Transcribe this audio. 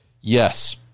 yes